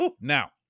Now